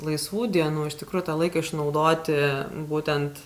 laisvų dienų iš tikrųjų tą laiką išnaudoti būtent